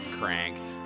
cranked